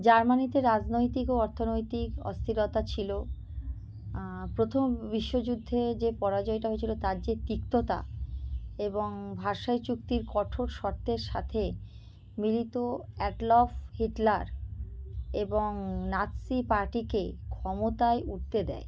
জার্মানিতে রাজনৈতিক ও অর্থনৈতিক অস্থিরতা ছিল প্রথম বিশ্বযুদ্ধে যে পরাজয়টা হয়েছিল তার যে তিক্ততা এবং ভার্সাই চুক্তির কঠোর শর্তের সাথে মিলিত অ্যাডলফ হিটলার এবং নাৎসি পার্টিকে ক্ষমতায় উঠতে দেয়